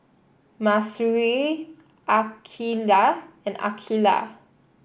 Mahsuri Aqeelah and Aqeelah